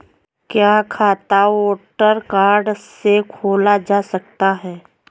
क्या खाता voter card से खोला जा सकता है?